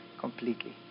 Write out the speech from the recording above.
completely